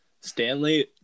Stanley